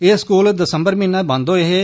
एह् स्कूल दिसम्बर म्हीने बंद होए हे